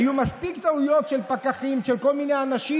היו מספיק טעויות של פקחים וכל מיני אנשים.